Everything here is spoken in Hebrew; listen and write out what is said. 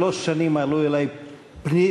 שלוש שנים עלו אלי פניות,